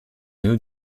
new